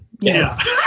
Yes